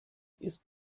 ist